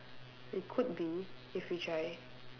we could be if we try